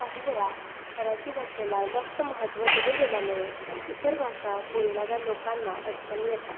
काही वेळा मराठी भाषेला जास्त महत्त्व दिले गेल्यामुळे इतर भाषा बोलणाऱ्या लोकांना अडचणी येतात